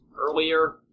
earlier